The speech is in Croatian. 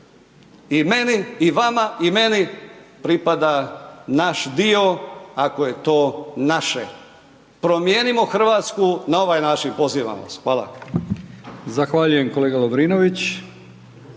i meni i vama i meni pripada naš dio, ako je to naše. Promijenimo Hrvatsku na ovaj način, pozivam vas. Hvala.